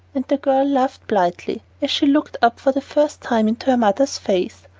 and the girl laughed blithely, as she looked up for the first time into her mother's face.